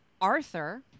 Arthur